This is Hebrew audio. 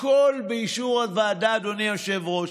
הכול באישור הוועדה, אדוני היושב-ראש.